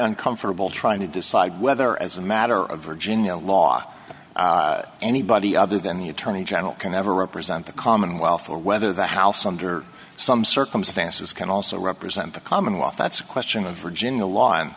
uncomfortable trying to decide whether as a matter of virginia law anybody other than the attorney general can never represent the commonwealth or whether the house under some circumstances can also represent the commonwealth that's a question of virginia l